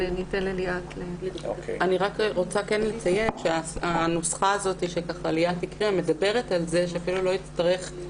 אני רק רוצה לציין שהנוסחה שליאת הקריאה מדברת על כך שזו